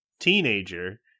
teenager